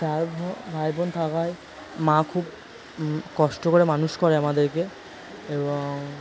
চার বো ভাই বোন থাকায় মা খুব কষ্ট করে মানুষ করে আমাদেরকে এবং